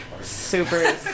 Super